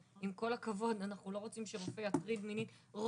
עם כל הכבוד אנחנו לא רוצים שרופא יטריד מינית.